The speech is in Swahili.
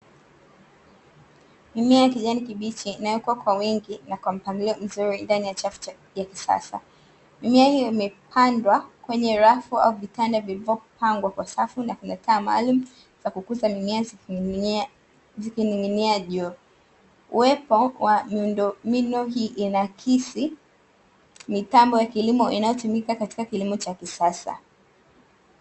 Mimea ya kijani kibichi inayokuwa kwa wingi na kwa mpangilio mzuri ndani ya chafu ya kisasa. Mimea hiyo imepandwa kwenye rafu au vitanda vilivyopangwa kwa safu na kuna taa maalumu za kukuza mimea zikining'inia juu. Uwepo wa miundombinu hii inaakisi mitambo ya kilimo, inayotumika katika kilimo cha kisasa.